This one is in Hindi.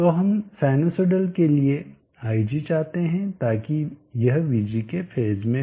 तो हम साइनसोइडल के लिए ig चाहते हैं ताकि यह vg के फेज में हो